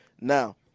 Now